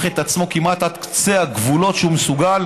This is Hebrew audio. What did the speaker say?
את עצמו כמעט עד קצה הגבולות שהוא מסוגל